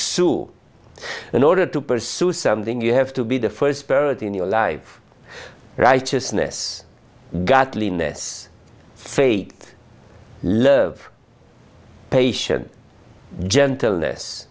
pursue in order to pursue something you have to be the first period in your life righteousness godliness faith love patient gentleness